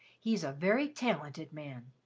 he's a very talented man.